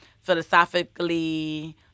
philosophically